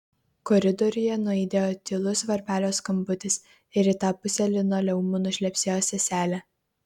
koridoriuje nuaidėjo tylus varpelio skambutis ir į tą pusę linoleumu nušlepsėjo seselė